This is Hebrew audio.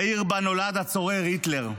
בעיר שבה נולד הצורר היטלר.